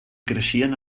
creixien